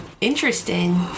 Interesting